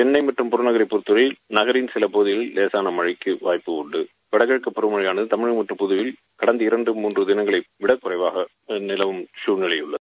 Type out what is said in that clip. சென்னை மற்றும் புறநகரை பொறுத்தவரை நகரின் சில இடங்களில் லேசான மழழக்கு வாய்ட்டு உண்டு வடகிழக்குப் பருவமழையானது தமிழகம் மற்றம் புதவையில் உந்த இரண்டு மூன்று திணங்களை விட குறைவாக நிலவும் குழ்நிலை உள்ளது